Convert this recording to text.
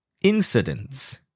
Incidents